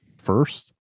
first